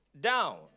down